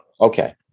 Okay